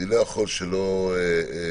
אני לא יכול שלא להתייחס